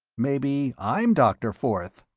maybe i'm doctor forth,